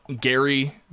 Gary